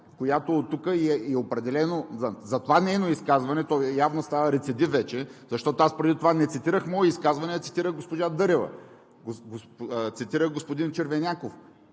грозна лъжа. Определено нейно изказване явно става рецидив вече. Защото аз преди това не цитирах мое изказване, а цитирах госпожа Дърева, цитирах господин Червеняков.